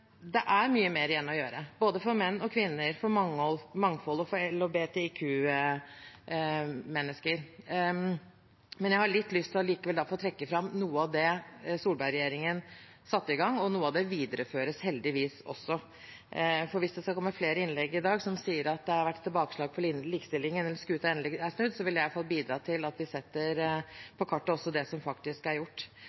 Det er mye mer igjen å gjøre, både for menn og kvinner, for mangfold og for LHBTIQ-mennesker. Men jeg har litt lyst til likevel derfor å trekke fram noe av det Solberg-regjeringen satte i gang, og noe av det videreføres heldigvis også. For hvis det skal komme flere innlegg i dag som sier at det har vært tilbakeslag for likestillingen, eller at skuten endelig er snudd, vil jeg iallfall bidra til at vi setter